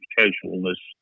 casualness